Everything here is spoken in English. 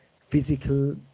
physical